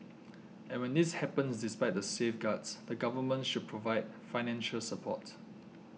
and when this happens despite the safeguards the Government should provide financial support